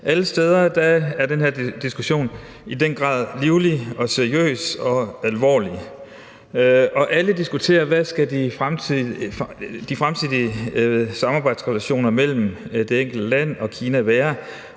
Alle steder er den her diskussion i den grad livlig og seriøs og alvorlig. Og alle diskuterer, hvad de fremtidige samarbejdsrelationer mellem det enkelte land og Kina